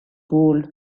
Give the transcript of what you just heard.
cooled